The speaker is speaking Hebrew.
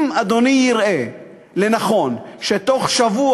אם אדוני יראה לנכון שתוך שבוע,